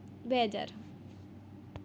એટલે કે senior KG ધોરણ એક ધોરણ બે જેવી વયનાં બાળકો જે